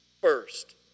first